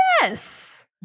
Yes